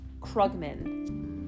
krugman